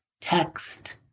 text